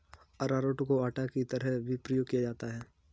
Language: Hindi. अरारोट को आटा की तरह भी प्रयोग किया जाता है